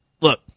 look